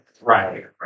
Right